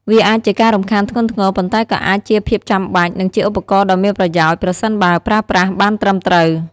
វាអាចជាការរំខានធ្ងន់ធ្ងរ ប៉ុន្តែក៏អាចជាភាពចាំបាច់ និងជាឧបករណ៍ដ៏មានប្រយោជន៍ ប្រសិនបើប្រើប្រាស់បានត្រឹមត្រូវ។